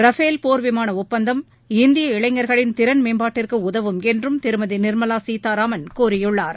Rafale போர் விமான ஒப்பந்தம் இந்திய இளைஞர்களின் திறன் மேம்பாட்டுக்கு உதவும் என்றும் திருமதி நிர்மலா சீதாராமன் கூறியுள்ளார்